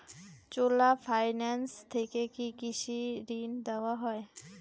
চোলা finance থেকে কি কৃষি ঋণ দেওয়া হয়?